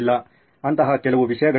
ಅಂತಹ ಕೆಲವು ವಿಷಯಗಳಿವೆ